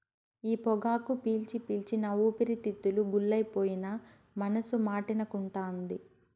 ఈ పొగాకు పీల్చి పీల్చి నా ఊపిరితిత్తులు గుల్లైపోయినా మనసు మాటినకుంటాంది